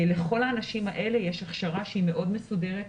לכל האנשים האלה יש הכשרה שהיא מאוד מסודרת,